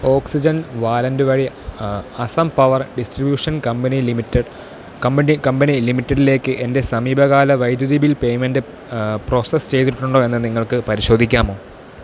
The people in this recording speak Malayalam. ഓക്സിജൻ വാലൻറ്റ് വഴി അ Assam power distribution company limited company company ലിമിറ്റഡിലേക്ക് എൻ്റെ സമീപകാല വൈദ്യുതി ബിൽ പേയ്മെൻ്റ് പ്രോസസ്സ് ചെയ്തിട്ടുണ്ടോ എന്ന് നിങ്ങൾക്ക് പരിശോധിക്കാമോ